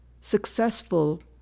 successful